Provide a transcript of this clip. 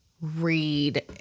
read